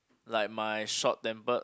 like my short tempered